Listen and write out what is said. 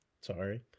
sorry